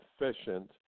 efficient